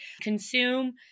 consume